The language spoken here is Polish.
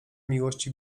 miłości